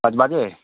ᱟᱸᱴ ᱵᱟᱡᱮ